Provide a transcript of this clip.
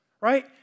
right